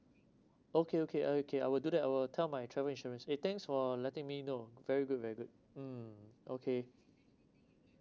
okay okay uh okay I will do that I will tell my travel insurance eh thanks for letting me know very good very good mm okay